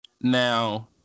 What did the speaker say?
Now